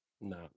No